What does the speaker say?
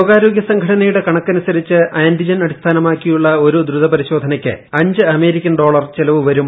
ലോകാരോഗൃ സംഘടനയുടെ കണക്കനുസരിച്ച് ആന്റിജൻ അടിസ്ഥാന മാക്കിയുള്ള ഒരു ദ്രുത പരിശോധനയ്ക്ക് അഞ്ച് അമേരിക്കൻ ഡോളർ ചെലവ് വരും